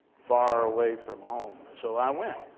far away from home. so i went.